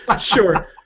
sure